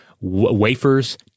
wafers